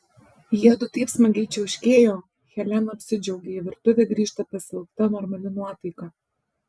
jiedu taip smagiai čiauškėjo helena apsidžiaugė į virtuvę grįžta pasiilgta normali nuotaika